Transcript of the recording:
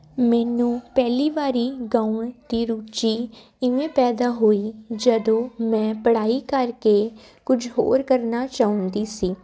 ਮੈਨੂੰ ਪਹਿਲੀ ਵਾਰੀ ਗਾਉਣ ਦੀ ਰੁਚੀ ਇਵੇਂ ਪੈਦਾ ਹੋਈ ਜਦੋਂ ਮੈਂ ਪੜ੍ਹਾਈ ਕਰਕੇ ਕੁਝ ਹੋਰ ਕਰਨਾ ਚਾਹੁੰਦੀ ਸੀ